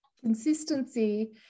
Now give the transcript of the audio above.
Consistency